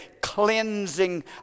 cleansing